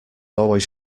always